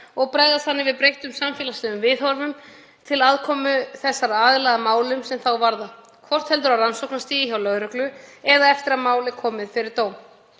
og bregðast þannig við breyttum samfélagslegum viðhorfum til aðkomu þessara aðila að málum sem þá varða, hvort heldur á rannsóknarstigi hjá lögreglu eða eftir að mál er komið fyrir dóm.